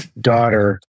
daughter